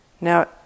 Now